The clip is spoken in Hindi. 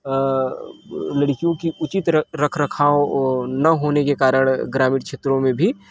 अ लड़कियों की उचित रखरखाव अ न होने के कारण ग्रामीण क्षेत्रों में भी